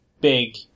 big